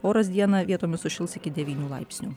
oras dieną vietomis sušils iki devynių laipsnių